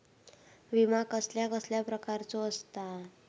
विमा कसल्या कसल्या प्रकारचो असता?